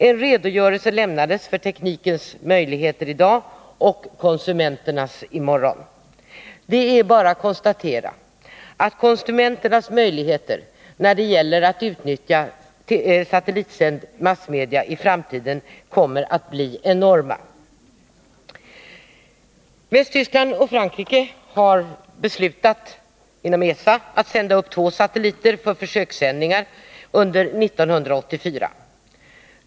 En redogörelse lämnades för teknikens möjligheter i dag och konsumenternas i morgon. Det är bara att konstatera att konsumenternas möjligheter när det gäller att i framtiden utnyttja satelliter för massmediasändningar kommer att bli enorma. Västtyskland och Frankrike har, inom ESA, beslutat att sända upp två satelliter för försökssändningar under 1984.